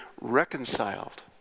reconciled